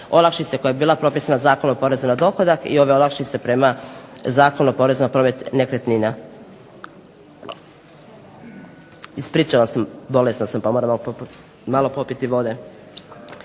olakšice koja je bila propisana Zakonom o porezu na dohodak i ove olakšice prema Zakonu o porezu na promet nekretnina. Ispričavam se, bolesna sam po moram malo popiti vode.